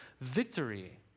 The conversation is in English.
victory